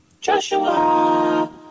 Joshua